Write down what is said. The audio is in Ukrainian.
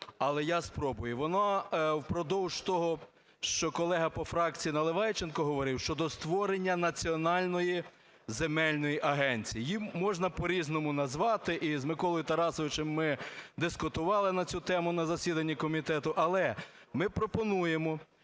але я спробую. Вона впродовж того, що колега по фракції Наливайченко говорив, щодо створення національної земельної агенції. Її можна по-різному назвати, і з Миколою Тарасовичем ми дискутували на цю тему на засіданні комітету. Але ми пропонуємо,